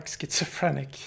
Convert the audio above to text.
schizophrenic